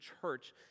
church